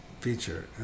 feature